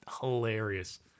hilarious